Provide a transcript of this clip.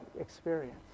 experience